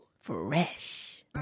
fresh